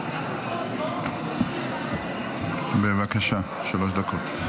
הכנסת, בבקשה, שלוש דקות.